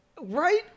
right